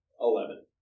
Eleven